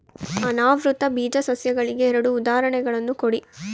ಅನಾವೃತ ಬೀಜ ಸಸ್ಯಗಳಿಗೆ ಎರಡು ಉದಾಹರಣೆಗಳನ್ನು ಕೊಡಿ